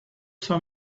saw